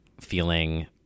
feeling